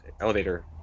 elevator